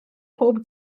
pob